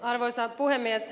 arvoisa puhemies